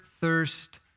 thirst